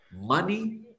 money